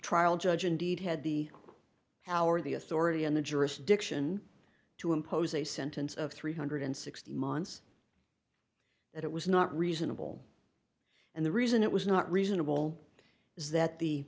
trial judge indeed had the power the authority and the jurisdiction to impose a sentence of three hundred and sixty months that it was not reasonable and the reason it was not reasonable is that the